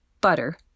butter